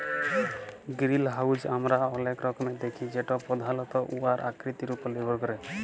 greenhouse আমরা অলেক রকমের দ্যাখি যেট পধালত উয়ার আকৃতির উপর লির্ভর ক্যরে